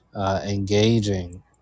engaging